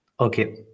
Okay